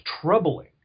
troubling